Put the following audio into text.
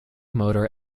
motor